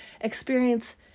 experience